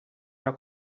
era